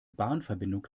bahnverbindung